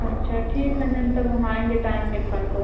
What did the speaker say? अच्छा ठीक है मैम तब हम आएँगे टाइम निकालकर